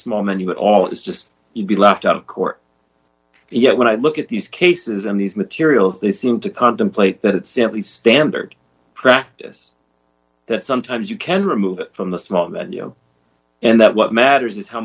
moment but all is just you'd be laughed out of court yet when i look at these cases and these materials they seem to contemplate that simply standard practice that sometimes you can remove it from the small venue and that what matters is how